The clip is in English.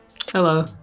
Hello